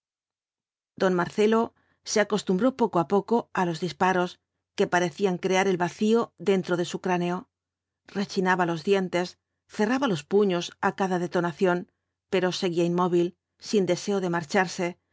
don marcelo se acostumbró poco á poco á los disparos que parecían crear el vacío dentro de su cráneo rechinaba los dientes cerraba los puños á cada detonación pero seguía inmóvil sin deseo de marcharse